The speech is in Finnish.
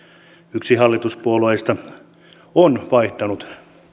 yksi hallituspuolueista on vaihtanut